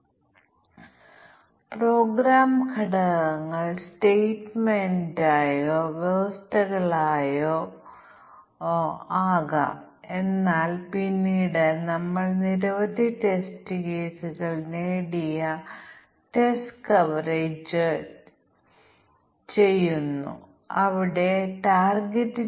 ഞങ്ങൾ കുറച്ച് പ്രശ്നങ്ങൾ പരീക്ഷിച്ചു തുടർന്ന് ഒരു യൂണിറ്റ് ഒന്നിലധികം പാരാമീറ്ററുകൾ പരിശോധിക്കുമ്പോൾ ഞങ്ങൾ നോക്കി തുടർന്ന് ഈ ഓരോ പാരാമീറ്ററുകൾക്കും ഒന്നിലധികം ഇൻപുട്ട് ഡൊമെയ്നുകൾ ഞങ്ങൾ മാതൃകയാക്കണം ഈ പാരാമീറ്ററുകൾ സ്വതന്ത്രമാണെങ്കിൽ രണ്ട് പാരാമീറ്ററുകൾക്ക് തുല്യമായ ക്ലാസുകളുടെ സാധ്യമായ എല്ലാ കോമ്പിനേഷനുകളും ഞങ്ങൾ പരിഗണിക്കേണ്ടതുണ്ട്